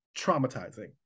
traumatizing